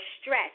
stress